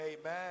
Amen